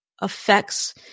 affects